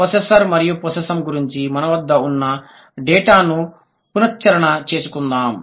possessor మరియి possessum గురించి మన వద్ద ఉన్న డేటాను పునశ్చరణ చేసుకుందాం